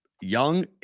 Young